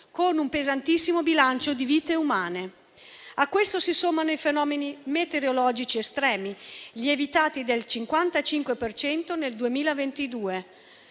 con un pesantissimo bilancio di vite umane. A questo si sommano i fenomeni meteorologici estremi, lievitati del 55 per cento